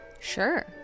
sure